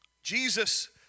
Jesus